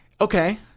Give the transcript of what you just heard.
Okay